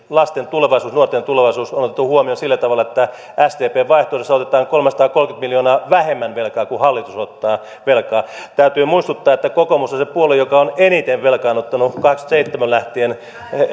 lasten ja nuorten tulevaisuus on otettu huomioon sillä tavalla että sdpn vaihtoehdossa otetaan kolmesataakolmekymmentä miljoonaa vähemmän velkaa kuin hallitus ottaa velkaa täytyy muistuttaa että kokoomus on se puolue joka on eniten velkaannuttanut kahdeksastakymmenestäseitsemästä lähtien